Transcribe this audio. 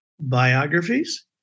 Biographies